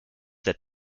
der